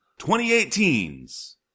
2018's